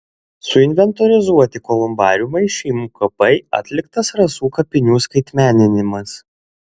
suinventorizuoti kolumbariumai šeimų kapai atliktas rasų kapinių skaitmeninimas